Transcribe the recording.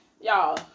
y'all